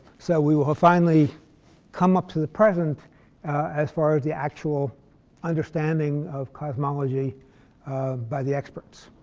so we will finally come up to the present as far as the actual understanding of cosmology by the experts.